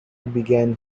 began